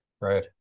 right